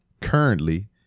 currently